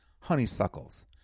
honeysuckles